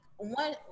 One